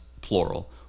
plural